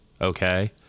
okay